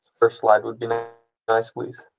first slide would be nice, please.